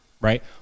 right